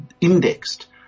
indexed